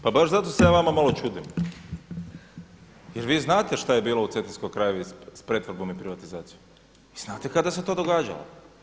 Pa baš zato se ja vama malo čudim, jer vi znate šta je bilo u Cetinskoj krajini s pretvorbom i privatizacijom i znate kada se to događalo.